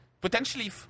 Potentially